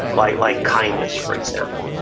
right, like kindness, for example,